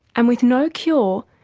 and with no cure,